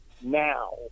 now